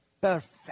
perfect